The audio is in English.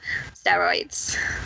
steroids